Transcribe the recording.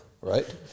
right